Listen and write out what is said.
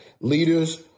Leaders